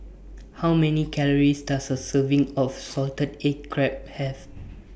How Many Calories Does A Serving of Salted Egg Crab Have